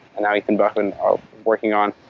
now ethan buckland are working on.